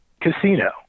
casino